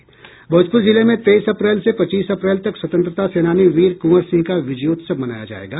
भोजपुर जिले में तेईस अप्रैल से पच्चीस अप्रैल तक स्वतंत्रता सेनानी वीर कुंवर सिंह का विजयोत्सव मनाया जायेगा